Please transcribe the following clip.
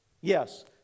Yes